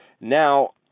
now